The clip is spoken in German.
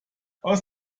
aus